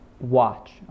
watch